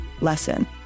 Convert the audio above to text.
lesson